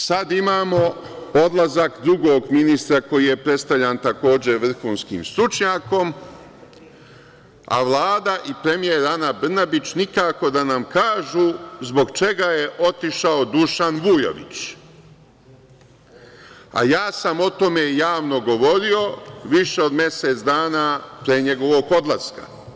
Sada imamo odlazak drugog ministra koji je predstavljan takođe vrhunskim stručnjakom, a Vlada i premijer Ana Brnabić, nikako da nam kažu zbog čega je otišao Dušan Vujović, a ja sam o tome javno govorio više od mesec dana pre njegovog odlaska.